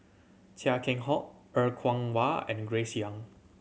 Chia Keng Hock Er Kwong Wah and Grace Young